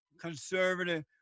conservative